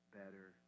better